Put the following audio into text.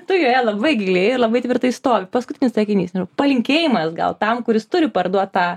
tu joje labai giliai labai tvirtai stovi paskutinis sakinys palinkėjimas gal tam kuris turi parduot tą